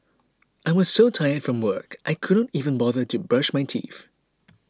I was so tired from work I could not even bother to brush my teeth